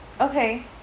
okay